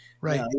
Right